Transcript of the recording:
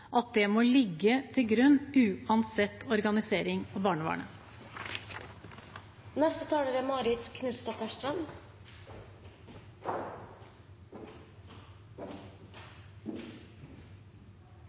må ligge til grunn, uansett organisering av barnevernet. Vern av barn er